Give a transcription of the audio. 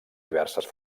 diverses